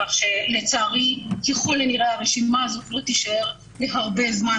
כך שלצערי ככל הנראה הרשימה הזאת לא תישאר להרבה זמן.